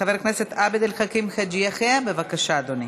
חבר הכנסת עבד אל חכים חאג' יחיא, בבקשה, אדוני.